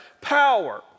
power